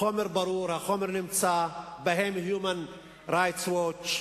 החומר ברור, החומר נמצא ב-Human Rights Watch,